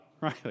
Right